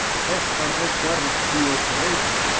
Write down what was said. first mine owne seruice to your grace,